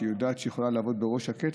שהיא יודעת שהיא יכולה לעבוד בראש שקט,